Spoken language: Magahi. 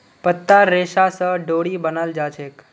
पत्तार रेशा स डोरी बनाल जाछेक